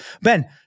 Ben